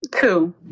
Two